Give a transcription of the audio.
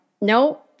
no